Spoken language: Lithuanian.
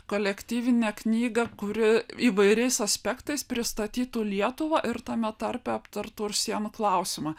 kolektyvinę knygą kuri įvairiais aspektais pristatytų lietuvą ir tame tarpe aptartų ir sienų klausimą